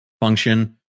function